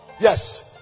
Yes